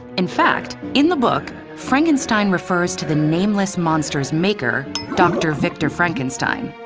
in fact, in the book, frankenstein refers to the nameless monster's maker, dr. victor frankenstein.